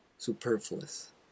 superfluous